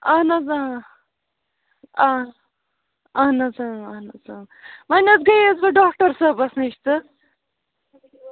اَہَن حظ آ اَہَن حظ اَہن حظ وۅنۍ حظ گٔیَس بہٕ ڈاکٹر صٲبَس نِش تہٕ